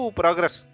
progress